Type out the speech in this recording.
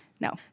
no